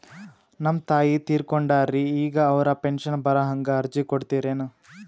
ನಮ್ ತಾಯಿ ತೀರಕೊಂಡಾರ್ರಿ ಈಗ ಅವ್ರ ಪೆಂಶನ್ ಬರಹಂಗ ಅರ್ಜಿ ಕೊಡತೀರೆನು?